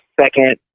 second